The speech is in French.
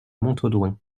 montaudoin